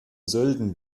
sölden